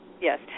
yes